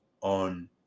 on